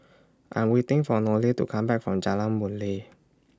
I Am waiting For Nohely to Come Back from Jalan Boon Lay